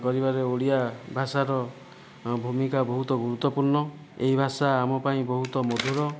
କରିବାରେ ଓଡ଼ିଆ ଭାଷାର ଭୂମିକା ବହୁତ ଗୁରୁତ୍ୱପୂର୍ଣ୍ଣ ଏହି ଭାଷା ଆମ ପାଇଁ ବହୁତ ମଧୁର